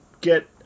get